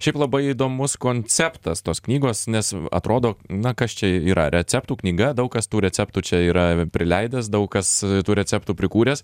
šiaip labai įdomus konceptas tos knygos nes atrodo na kas čia yra receptų knyga daug kas tų receptų čia yra prileidęs daug kas tų receptų prikūręs